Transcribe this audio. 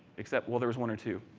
except where there is one or two.